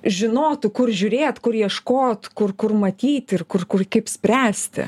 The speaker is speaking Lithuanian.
žinotų kur žiūrėt kur ieškot kur kur matyt ir kur kur kaip spręsti